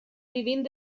vivint